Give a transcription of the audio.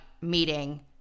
meeting